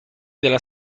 della